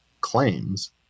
claims